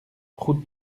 route